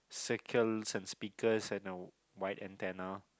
circles and speakers and a white antennae